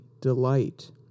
delight